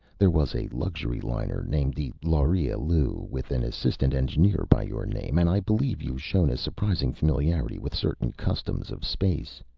there was a luxury liner named the lauri ellu with an assistant engineer by your name and i believe you've shown a surprising familiarity with certain customs of space.